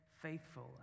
faithful